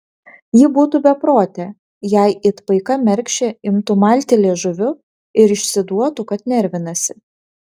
ji būtų beprotė jei it paika mergšė imtų malti liežuviu ir išsiduotų kad nervinasi